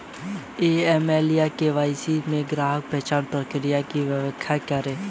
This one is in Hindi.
ए.एम.एल या के.वाई.सी में ग्राहक पहचान प्रक्रिया की व्याख्या करें?